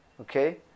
okay